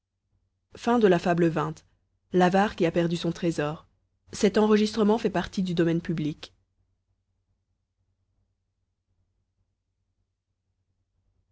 l'avare qui a perdu son trésor